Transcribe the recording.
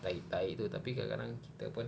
tahi-tahi itu tapi kadang-kadang kita pun